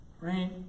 Right